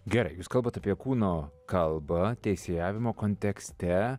gerai jūs kalbat apie kūno kalba teisėjavimo kontekste